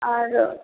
আর